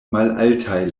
malaltaj